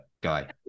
Guy